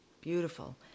Beautiful